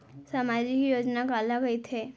सामाजिक योजना काला कहिथे?